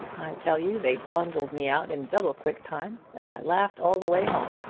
tell you they bundled me out in double-quick time and i laughed all the way home.